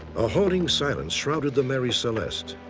a haunting silence shrouded the mary celeste.